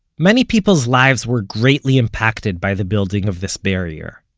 many people's lives were greatly impacted by the building of this barrier.